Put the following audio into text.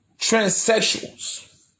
transsexuals